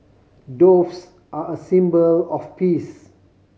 doves are a symbol of peace